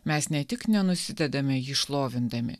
mes ne tik nenusidedame jį šlovindami